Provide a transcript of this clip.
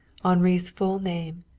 henri's full name,